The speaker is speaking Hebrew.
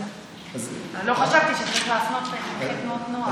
לא חשבתי שצריך להפנות חניכי תנועות נוער,